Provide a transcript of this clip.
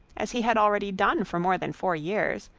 as he had already done for more than four years,